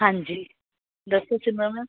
ਹਾਂਜੀ ਦੱਸੋ ਸੀਮਾ ਮੈਮ